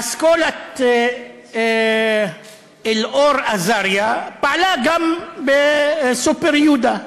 אסכולת אלאור אזריה פעלה גם ב"סופר יודה"